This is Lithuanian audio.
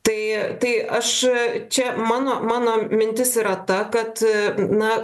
tai tai aš čia mano mano mintis yra ta kad na